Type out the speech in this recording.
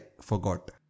forgot